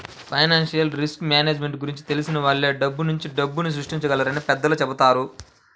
financial risk management గురించి తెలిసిన వాళ్ళు డబ్బునుంచే డబ్బుని సృష్టించగలరని పెద్దలు చెబుతారు